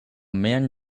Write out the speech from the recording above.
man